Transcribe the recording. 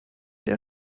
der